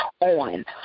on